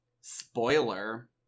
Spoiler